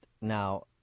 Now